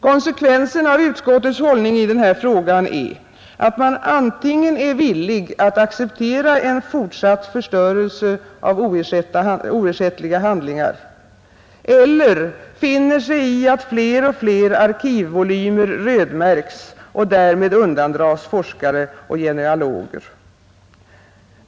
Konsekvensen av utskottets hållning i denna fråga är att man antingen är villig att acceptera en fortsatt förstörelse av oersättliga handlingar eller finner sig i att fler och fler arkivvolymer rödmärks och därmed undandras forskare och genealoger.